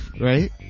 right